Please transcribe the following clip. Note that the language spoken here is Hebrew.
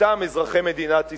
מטעם אזרחי מדינת ישראל.